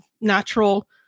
natural